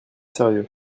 sérieux